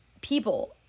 people